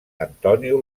antonio